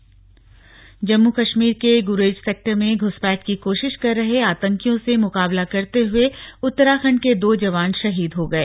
शहीद जम्मू कश्मीर के गुरेज सेक्टर में घुसपैठ की कोशिश कर रहे आतंकियों से मुकाबला करते हुए उत्तराखंड के दो जवान शहीद हो गए